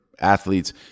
athletes